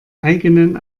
eigenen